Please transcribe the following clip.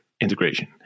integration